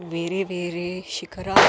వేరే వేరే శిఖరాలు